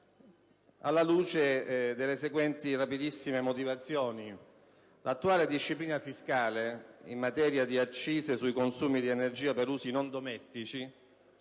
alla luce delle seguenti, rapidissime, motivazioni. L'attuale disciplina fiscale in materia di accise sui consumi di energia per usi non domestici